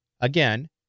again